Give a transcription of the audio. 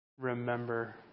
remember